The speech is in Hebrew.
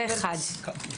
זה דבר אחד.